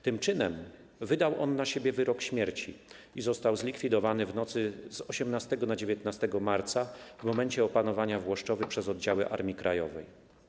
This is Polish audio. Tym czynem wydał on na siebie wyrok śmierci i został zlikwidowany w nocy z 18 na 19 marca w momencie opanowania Włoszczowy przez oddziały Armii Krajowej.